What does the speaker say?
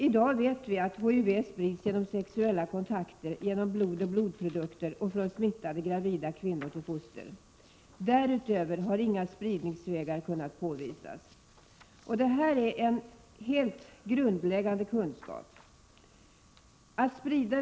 I dag vet vi att HIV sprids genom sexuella kontakter, genom blod och blodprodukter och från smittade gravida kvinnor till foster. Därutöver har inga spridningsvägar kunnat påvisas. Detta är en helt grundläggande kunskap om sjukdomen.